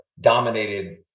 dominated